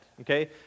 Okay